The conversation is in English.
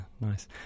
Nice